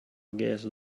guess